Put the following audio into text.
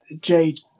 Jade